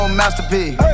masterpiece